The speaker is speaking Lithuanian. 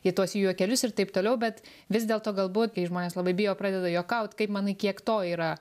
į tuos juokelius ir taip toliau bet vis dėlto galbūt kai žmonės labai bijo pradeda juokaut kaip manai kiek to yra